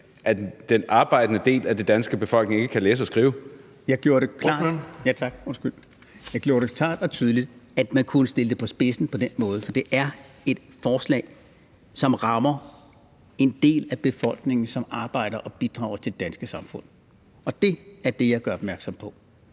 Bonnesen): Ordføreren. Kl. 14:53 Nils Sjøberg (RV): Jeg gjorde det klart og tydeligt, at man jo kunne sætte det på spidsen på den måde, for det er et forslag, som rammer en del af befolkningen, som arbejder og bidrager til det danske samfund. Det er det, jeg gør opmærksom på.